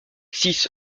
six